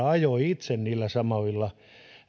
ajoi itse niillä samoilla